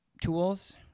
tools